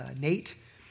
Nate